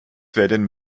werden